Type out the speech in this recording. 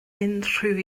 unrhyw